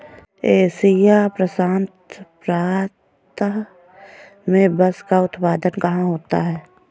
Asia प्रशांत प्रांत में बांस का उत्पादन कहाँ होता है?